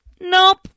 nope